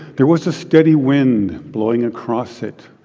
there was a steady wind blowing across it,